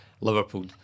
Liverpool